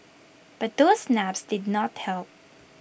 but those naps did not help